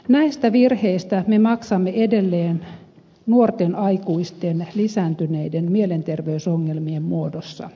näistä virheistä me maksamme edelleen nuorten aikuisten lisääntyneiden mielenterveysongelmien muodossa